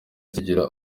zigira